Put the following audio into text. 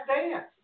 Dance